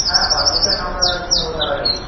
হ্যাঁ পারমিশন আমরা নিয়ে নেব তার আগেই